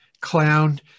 clown